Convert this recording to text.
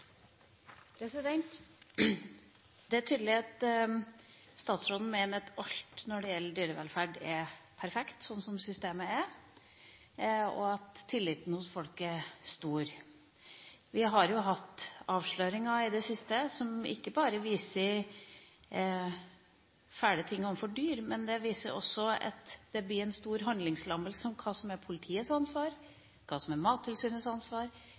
replikkordskifte. Det er tydelig at statsråden mener at alt når det gjelder dyrevelferd, er perfekt, sånn som systemet er, og at tilliten hos folk er stor. Vi har jo hatt avsløringer i det siste, avsløringer som ikke bare viser at fæle ting er gjort mot dyr, men som også viser stor handlingslammelse når det gjelder hva som er politiets ansvar, hva som er Mattilsynets ansvar,